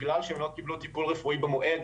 בגלל שהם לא קיבלו טיפול רפואי במועד,